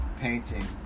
painting